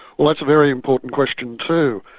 well, that's a very important question too.